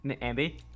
Andy